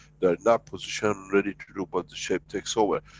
they are not position ready to look what the shape takes over.